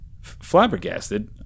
Flabbergasted